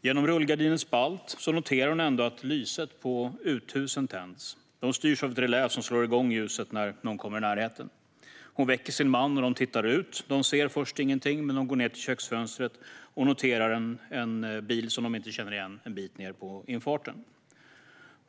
Genom rullgardinens spalt noterar hon ändå att lyset på uthusen tänds. De styrs av ett relä som slår igång ljuset när någon kommer i närheten. Hon väcker sin man, och de tittar ut. De ser först ingenting, men de går ned till köksfönstret och noterar en bil som de inte känner igen en bit ned på infarten.